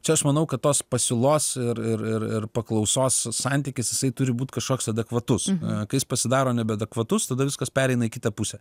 čia aš manau kad tos pasiūlos ir ir ir ir paklausos santykis jisai turi būti kažkoks adekvatus kai jis pasidaro nebeadekvatus tada viskas pereina į kitą pusę